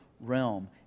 realm